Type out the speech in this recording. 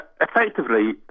effectively